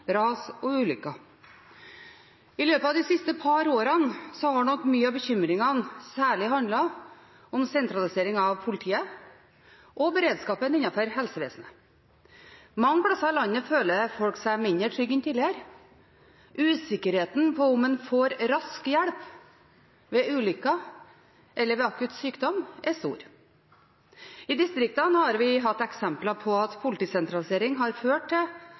ras og ulykker. I løpet av de siste par årene har nok mange av bekymringene særlig handlet om sentralisering av politiet og beredskapen innenfor helsevesenet. Mange steder i landet føler folk seg mindre trygge enn tidligere. Usikkerheten med tanke på om en får rask hjelp ved ulykker eller ved akutt sykdom, er stor. I distriktene har vi hatt eksempler på at politisentralisering har ført til at politiet enten kommer mange timer for sent til